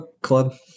club